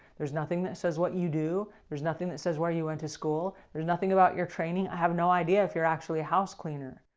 there's nothing that says what you do. there's nothing that says where you went to school. there's nothing about your training. i have no idea if you're actually a house cleaner.